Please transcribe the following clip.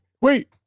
wait